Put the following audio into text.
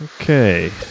Okay